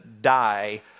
die